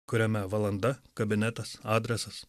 kuriame valanda kabinetas adresas